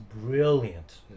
brilliant